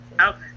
Okay